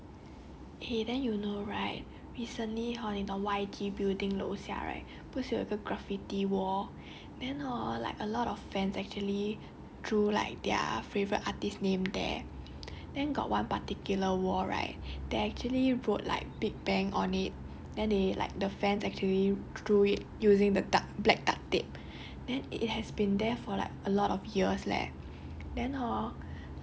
ya I think so too okay then you know right recently hor 你懂 Y_G building 楼下 right 不是有个 graffiti wall then hor like a lot of fans actually drew like their favourite artist name there then got one particular wall right they actually wrote like big bang on it then they like the fans actually drew it using the dark black duct tape